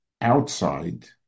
outside